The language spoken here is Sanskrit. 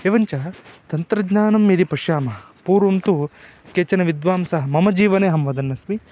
एवं च तन्त्रज्ञानं यदि पश्यामः पूर्वं तु केचन विद्वांसः मम जीवने अहं वदन्नस्मि